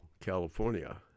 California